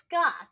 scott